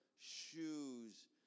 Shoes